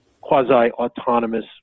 quasi-autonomous